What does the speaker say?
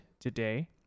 today